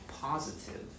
positive